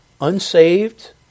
unsaved